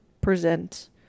present